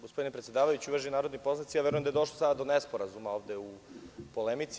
Gospodine predsedavajući, uvaženi narodni poslanici, verujem da je došlo sada do nesporazuma ovde u polemici.